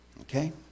Okay